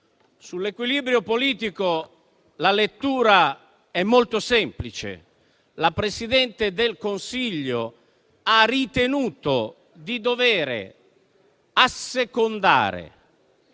Sull'equilibrio politico la lettura è molto semplice: la Presidente del Consiglio ha ritenuto di dover assecondare